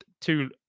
two